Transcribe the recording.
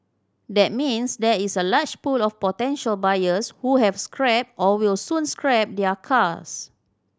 that means there is a large pool of potential buyers who have scrapped or will soon scrap their cars